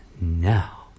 now